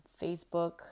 Facebook